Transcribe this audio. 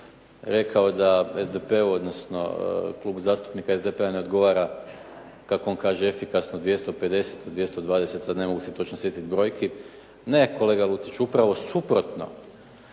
rekao da SDP-u, odnosno Klub zastupnika SDP-a ne odgovara kako on kaže efikasno 250, 220 sad ne mogu se točno sjetiti brojki. Ne kolega Lucić upravo suprotno.